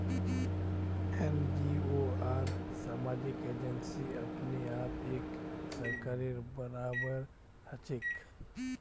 NGO आर सामाजिक agency अपने आप एक सरकारेर बराबर हछेक